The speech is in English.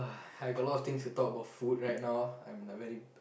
I got a lot of thing to talk about food right now I'm very